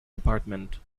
department